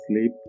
sleep